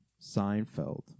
Seinfeld